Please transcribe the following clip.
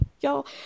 Y'all